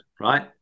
right